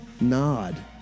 nod